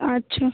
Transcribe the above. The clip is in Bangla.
আচ্ছা